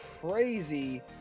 crazy